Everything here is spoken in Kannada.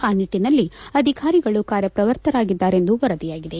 ಆ ನಿಟ್ಟನಲ್ಲಿ ಅಧಿಕಾರಿಗಳು ಕಾರ್ಯಪ್ರವೃತ್ತರಾಗಿದ್ದಾರೆ ಎಂದು ವರದಿಯಾಗಿದೆ